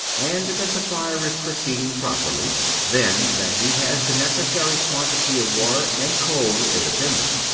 and that the fire is proceeding properly then, that he has the necessary quantity of water and coal in the tender.